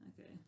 Okay